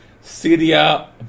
Syria